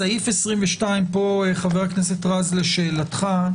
בסעיף 22 פה חבר הכנסת רז לשאלתך,